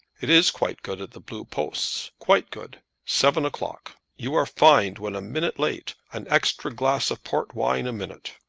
it is quite good at the blue posts quite good! seven o'clock. you are fined when a minute late an extra glass of port wine a minute.